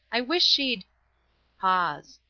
i wish she'd pause.